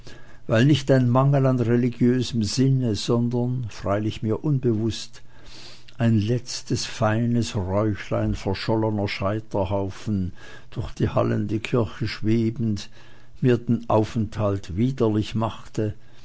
weil nicht ein mangel an religiösem sinne sondern freilich mir unbewußt ein letztes feines räuchlein verschollener scheiterhaufen durch die hallende kirche schwebend mir den aufenthalt widerlich machte